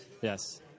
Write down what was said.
Yes